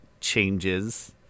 changes